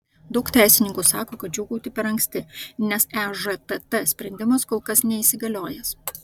daug teisininkų sako kad džiūgauti per anksti nes ežtt sprendimas kol kas neįsigaliojęs